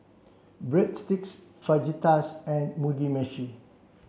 Breadsticks Fajitas and Mugi Meshi